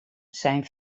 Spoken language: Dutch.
zijn